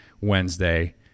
Wednesday